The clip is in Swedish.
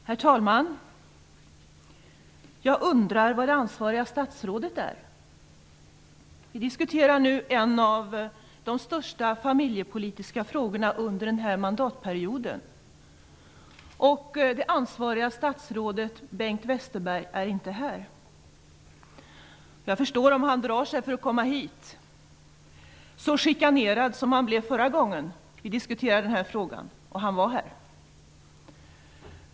Herr talman! Jag undrar var det ansvariga statsrådet är. Vi diskuterar nu en av de största familjepolitiska frågorna under den här mandatperioden. Det ansvariga statsrådet, Bengt Westerberg, är inte här. Jag förstår om han drar sig för att komma hit. Han blev ju så chikanerad förra gången han var här när vi diskuterade denna fråga.